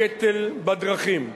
הקטל בדרכים.